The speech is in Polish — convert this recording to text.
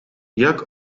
jak